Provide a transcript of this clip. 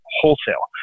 wholesale